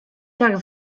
tak